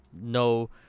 no